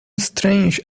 strange